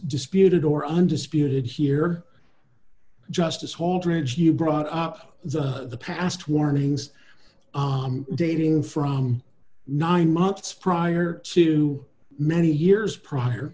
disputed or undisputed here justice holdridge you brought up the past warnings dating from nine months prior to many years prior